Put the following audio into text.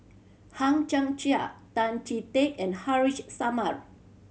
Hang Chang Chieh Tan Chee Teck and Haresh Sharma